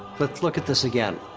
let's look at this again.